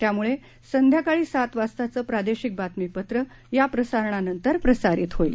त्यामुळे संध्याकाळी सात वाजताचं प्रादेशिक बातमीपत्र या प्रसारणानंतर प्रसारित होईल